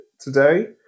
today